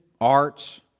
Arts